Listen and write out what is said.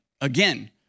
again